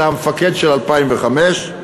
אלא המפקד של 2005,